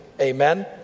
amen